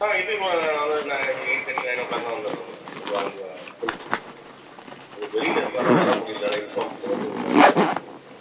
ஆ இது ம நான் எயிட் தேர்ட்டி நைன் ஓ க்ளாக்லாம் வந்துடுறேன் மேம் கொஞ்சம் அங்கே இன்னைக்கு வெளியில இருக்கோம் அதான் வர முடியல அதான் இன்ஃபார்ம் பண்ணுவோன்ட்டு உங்களுக்கு நான் ஃபோன் பண்ணிருந்தேங்க